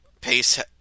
Pace